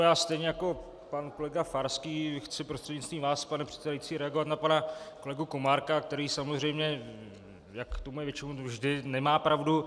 Já stejně jako pan kolega Farský chci prostřednictvím vás, pane předsedající, reagovat na pana kolegu Komárka, který samozřejmě jako většinou vždy nemá pravdu.